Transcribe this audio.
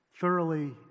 thoroughly